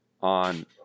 on